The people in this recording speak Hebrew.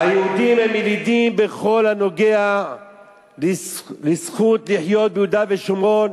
היהודים הם ילידים בכל הנוגע לזכות לחיות ביהודה ושומרון,